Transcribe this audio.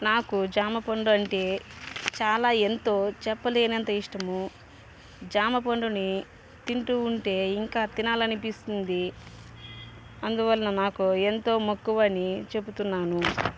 నాకు జామపండు అంటే చాలా ఎంతో చెప్పలేనంత ఇష్టము జామపండుని తింటూ ఉంటే ఇంకా తినాలనిపిస్తుంది అందువల్న నాకు ఎంతో మక్కువని చెబుతున్నాను